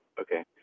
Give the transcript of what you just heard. Okay